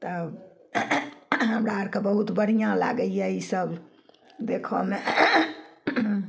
तब हमरा अरके बहुत बढ़िआँ लागैये ईसब देखऽमे